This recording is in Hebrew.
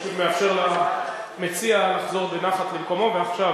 אני פשוט מאפשר למציע לחזור בנחת למקומו, ועכשיו